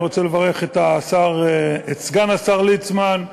אני רוצה לברך את סגן השר ליצמן,